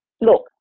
Look